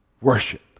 worship